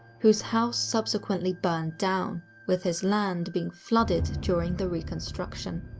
whose house subsequently burned down, with his land being flooded during the reconstruction.